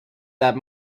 that